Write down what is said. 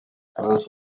files